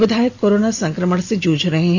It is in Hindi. विधायक कोरोना संक्रमण से जूझ रहे हैं